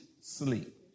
sleep